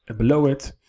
below it,